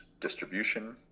distribution